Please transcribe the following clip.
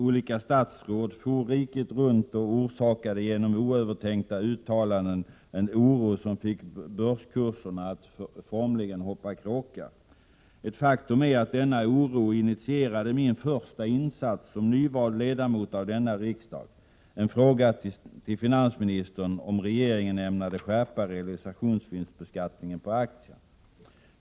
Olika statsråd for riket runt och orsakade genom oövertänkta uttalanden en oro som fick börskurserna att formligen hoppa kråka så att säga. Ett faktum är att denna oro initierade min första insats som nyvald ledamot av denna riksdag -— en fråga till finansministern om regeringen ämnade skärpa realisationsvinstbeskattningen på aktier.